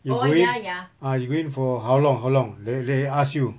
you go in ah you going for how long how long they they ask you